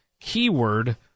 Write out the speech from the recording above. keyword